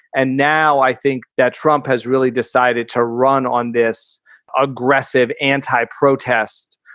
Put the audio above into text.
and now i think that trump has really decided to run on this aggressive anti protest,